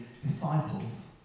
disciples